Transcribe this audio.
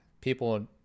people